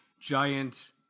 giant